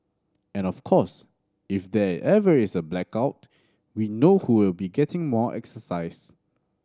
and of course if there ever is a blackout we know who will be getting more exercise